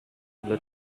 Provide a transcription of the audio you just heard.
the